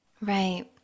Right